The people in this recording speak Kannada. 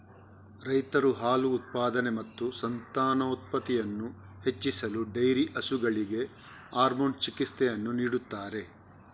ರೈತರು ಹಾಲು ಉತ್ಪಾದನೆ ಮತ್ತು ಸಂತಾನೋತ್ಪತ್ತಿಯನ್ನು ಹೆಚ್ಚಿಸಲು ಡೈರಿ ಹಸುಗಳಿಗೆ ಹಾರ್ಮೋನ್ ಚಿಕಿತ್ಸೆಯನ್ನು ನೀಡುತ್ತಾರೆ